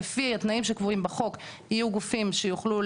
לפי התנאים שקבועים בחוק יהיו גופים שיוכלו